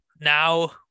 now